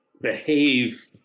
behave